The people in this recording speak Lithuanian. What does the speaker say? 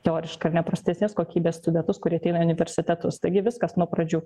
teoriškai ar ne prastesnės kokybės studentus kurie ateina į universitetus taigi viskas nuo pradžių